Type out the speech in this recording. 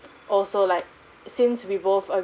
also like since we both